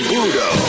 Budo